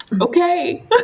okay